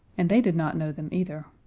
and they did not know them either.